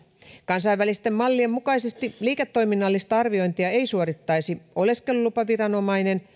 kansainvälisten mallien mukaisesti liiketoiminnallista arviointia ei suorittaisi oleskelulupaviranomainen